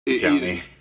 county